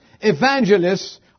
evangelists